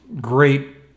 Great